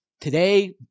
Today